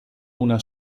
una